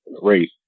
race